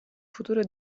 futuro